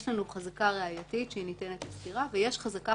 יש לנו חזקה ראייתית שניתנת לסתירה ויש חזקה